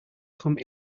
come